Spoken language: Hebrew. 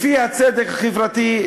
לפי הצדק החברתי,